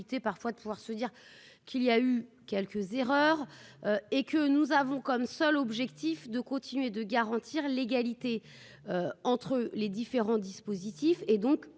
parfois de pouvoir se dire qu'il y a eu quelques erreurs et que nous avons comme seul objectif de continuer de garantir l'égalité entre les différents dispositifs et donc